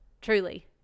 Truly